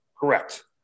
Correct